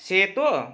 सेतो